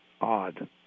odd